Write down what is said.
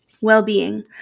Well-being